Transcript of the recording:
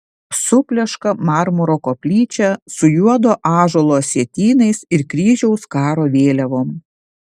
supleška marmuro koplyčia su juodo ąžuolo sietynais ir kryžiaus karo vėliavom